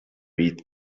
eat